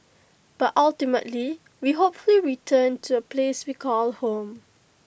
but ultimately we hopefully return to A place we call home